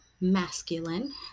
masculine